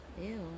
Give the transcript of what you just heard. Ew